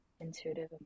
Intuitive